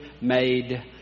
made